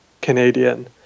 canadian